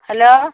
hello